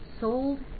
sold